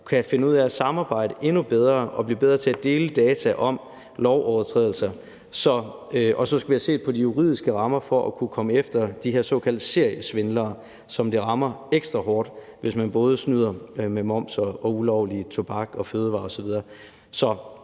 kan finde ud af at samarbejde endnu bedre og blive bedre til at dele data om lovovertrædelser. Og så skal vi have set på de juridiske rammer for at kunne komme efter de her såkaldte seriesvindlere, som det rammer ekstra hårdt, hvis de både snyder med moms og ulovlig tobak og fødevarer osv.